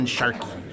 Sharky